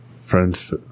Friends